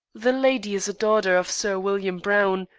the lady is a daughter of sir william browne,